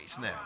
now